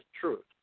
truth